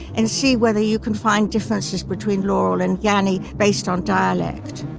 and see whether you can find differences between laurel and yanny based on dialect.